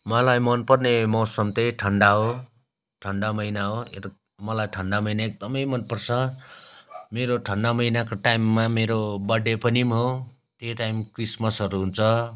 मलाई मनपर्ने मौसम चाहिँ ठन्डा हो ठन्डा महिना हो मलाई ठन्डा महिना एकदमै मनपर्छ मेरो ठन्डा महिनाको टाइममा मेरो बर्थडे पनि हो त्यो टाइम क्रिसमसहरू हुन्छ